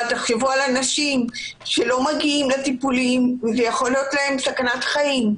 אבל תחשבו על אנשים שלא מגיעים לטיפולים וזה יכול להיות להם סכנת חיים.